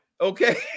Okay